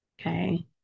Okay